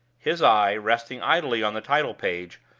his eye, resting idly on the title-page,